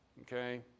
okay